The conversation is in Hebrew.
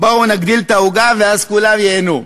בואו נגדיל את העוגה ואז כולם ייהנו.